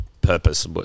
purpose